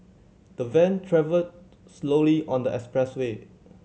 the van travelled slowly on the expressway